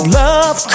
love